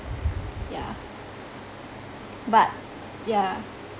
yeah but yeah